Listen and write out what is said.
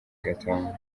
gatanu